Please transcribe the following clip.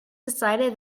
decided